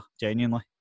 Genuinely